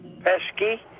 Pesky